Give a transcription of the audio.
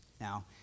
Now